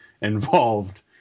involved